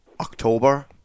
October